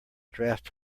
draft